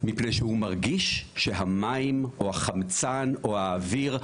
מפני שהוא מרגיש שהמים או החמצן או האוויר,